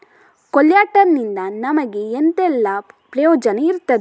ಕೊಲ್ಯಟರ್ ನಿಂದ ನಮಗೆ ಎಂತ ಎಲ್ಲಾ ಪ್ರಯೋಜನ ಇರ್ತದೆ?